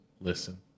listen